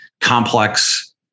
complex